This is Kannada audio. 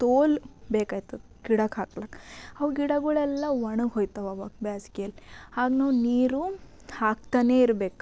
ತೋಲ ಬೇಕಾಗ್ತದೆ ಗಿಡಕ್ಕೆ ಹಾಕಲಿಕ್ಕೆ ಅವು ಗಿಡಗಳೆಲ್ಲ ಒಣಗಿ ಹೋಗ್ತಾವೆ ಆವಾಗ ಬೇಸ್ಗೆಯಲ್ಲಿ ಆಗ ನಾವು ನೀರು ಹಾಕ್ತಾನೆ ಇರ್ಬೇಕು